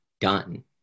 done